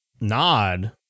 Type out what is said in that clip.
nod